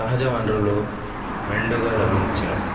సహజ వనరులు మెండుగా లభించును